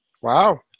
Wow